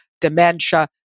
dementia